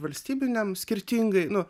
valstybiniam skirtingai nu